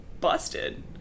busted